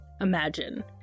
imagine